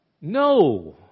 No